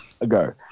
ago